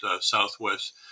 Southwest